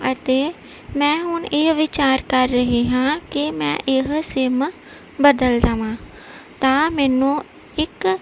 ਅਤੇ ਮੈਂ ਹੁਣ ਇਹ ਵਿਚਾਰ ਕਰ ਰਹੀ ਹਾਂ ਕਿ ਮੈਂ ਇਹ ਸਿਮ ਬਦਲ ਦੇਵਾਂ ਤਾਂ ਮੈਨੂੰ ਇੱਕ